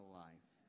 life